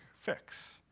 fix